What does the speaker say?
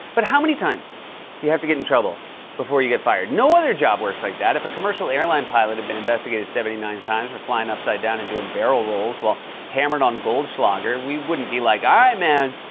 but how many times do you have to get in trouble before you get fired? no other job works like that. if a commercial airline pilot had been investigated seventy nine times for flying upside down and doing barrel rolls while hammered on goldschlager, we wouldn't be like, all right, man.